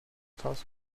toss